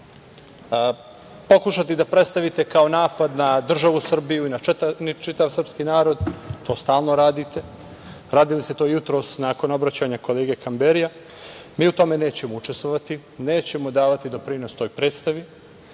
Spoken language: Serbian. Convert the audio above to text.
pokušati da predstavite kao napad na državu Srbiju i na čitav srpski narod. To stalno radite. Radili ste to jutros nakon obraćanja kolege Kamberija. Mi u tome nećemo učestvovati. Nećemo davati doprinos toj predstavi,